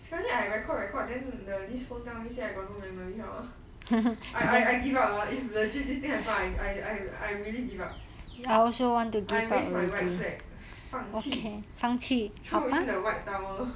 scarly I record record then the this phone tell me say I got no memory how ah I I I give up lah if legit this thing I happen I I really give up I raised my white flag 放弃 throwing the white towel